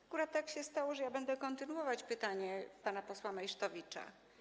Akurat tak się stało, że będę kontynuować pytanie pana posła Meysztowicza.